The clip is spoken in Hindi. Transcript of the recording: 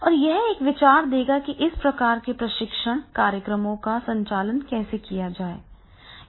और यह एक विचार देगा कि इस प्रकार के प्रशिक्षण कार्यक्रमों का संचालन कैसे किया जा सकता है